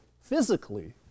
physically